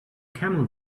camel